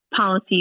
policy